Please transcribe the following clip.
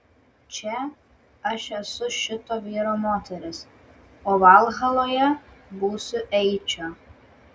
čia aš esu šito vyro moteris o valhaloje būsiu eičio